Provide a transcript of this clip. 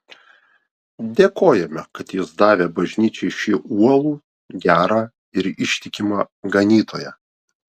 dėkojame kad jis davė bažnyčiai šį uolų gerą ir ištikimą ganytoją